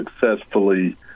successfully